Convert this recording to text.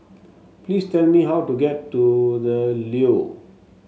please tell me how to get to The Leo